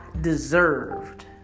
deserved